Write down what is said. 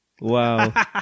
Wow